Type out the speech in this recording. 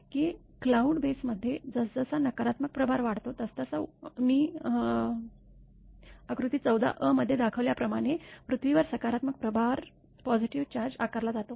की क्लाउड बेसमध्ये जसजसा नकारात्मक प्रभार वाढतो तसतसा मी आकृती १४ अ मध्ये दाखवल्याप्रमाणे पृथ्वीवर सकारात्मक प्रभार आकारला जातो